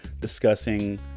discussing